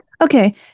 Okay